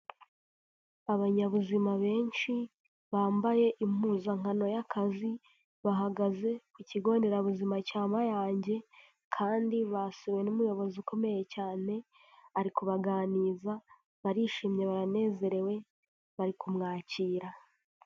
Abanyabuzima benshi bambaye impuzankano y'akazi bahagaze ku kigo nderabuzima cya Mayange kandi basuwe n'umuyobozi ukomeye cyane ari kubabaganiriza barishimye baranezerewe bari kumwakira.